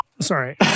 Sorry